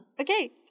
okay